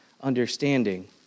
understanding